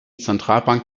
zentralbank